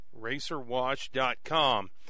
RacerWash.com